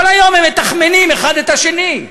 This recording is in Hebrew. כל היום הם מתכמנים אחד את השני.